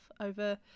over